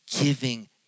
giving